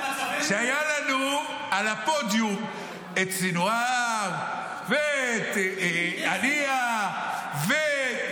כשהיה לנו על הפודיום את סנוואר ואת הנייה ונסראללה.